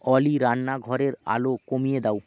অলি রান্নাঘরের আলো কমিয়ে দাও